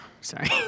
sorry